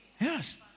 Yes